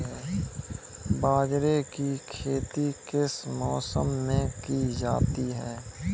बाजरे की खेती किस मौसम में की जाती है?